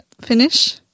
finish